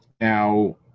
now